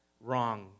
wrong